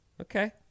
okay